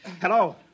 Hello